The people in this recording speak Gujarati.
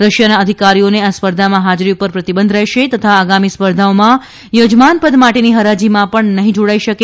રશિયાના અધિકારીઓને આ સ્પર્ધામાં હાજરી પણ પ્રતિબંધ રહેશે તથા આગામી સ્પર્ધાઓમાં યજમાનપદ માટેની હરાજીમાં પણ નહીં જોડાઇ શકે